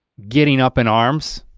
getting up in arms.